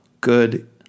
good